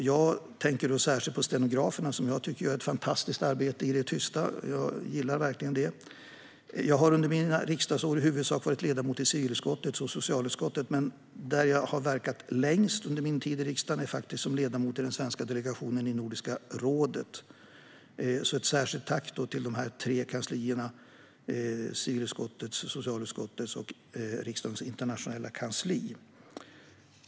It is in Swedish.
Jag tänker då särskilt på protokollsnotarierna, som jag tycker gör ett fantastiskt arbete i det tysta. Jag gillar verkligen deras arbete. Jag har under mina riksdagsår i huvudsak varit ledamot i civilutskottet och i socialutskottet. Men det är faktiskt som ledamot i den svenska delegationen i Nordiska rådet som jag har verkat längst under min tid i riksdagen. Jag vill därför rikta ett särskilt tack till civilutskottets kansli, socialutskottets kansli och Riksdagens internationella kansli.